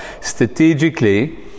strategically